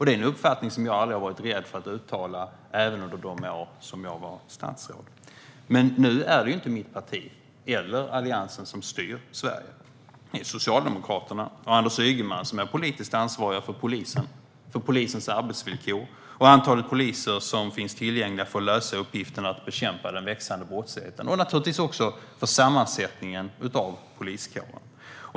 Det är en uppfattning som jag aldrig har varit rädd för att uttala - inte heller under de år som jag var statsråd. Men nu är det inte mitt parti eller Alliansen som styr Sverige. Det är Socialdemokraterna och Anders Ygeman som är politiskt ansvariga för polisen, polisens arbetsvillkor och antalet poliser som finns tillgängliga för att lösa uppgiften att bekämpa den växande brottsligheten, och Socialdemokraterna och Anders Ygeman är naturligtvis också politiskt ansvariga för sammansättningen av poliskåren.